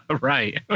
right